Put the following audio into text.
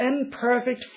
imperfect